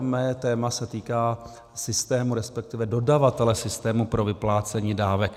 Mé téma se týká systému, respektive dodavatele systému pro vyplácení dávek.